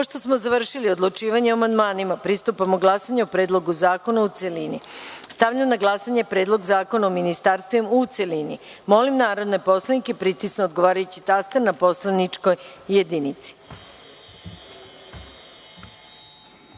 smo završili odlučivanje o amandmanima, pristupamo glasanju o Predlogu zakona u celini. Stavljam na glasanje Predlog zakona o ministarstvima u celini. Molim narodne poslanike da pritisnu odgovarajući taster na poslaničkoj